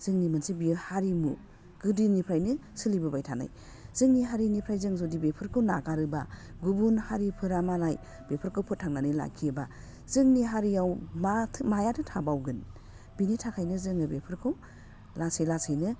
जोंनि मोनसे बियो हारिमु गोदोनिफ्रायनो सोलिबोबाय थानाय जोंनि हारिनिफ्राय जों जुदि बेफोरखौ नागारोबा गुबुन हारिफोरा मालाय बेफोरखौ फोथांनानै लाखियोबा जोंनि हारियाव माथो मायाथो थाबावगोन बिनि थाखायनो जोङो बेफोरखौ लासै लासैनो